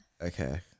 Okay